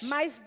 Mas